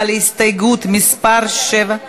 הסתייגות של קבוצת סיעת המחנה הציוני,